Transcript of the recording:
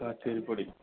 Kacheripadi